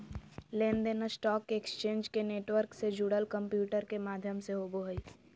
लेन देन stock exchange के network से जुड़ल कंम्प्यूटर के माध्यम से होबो हइ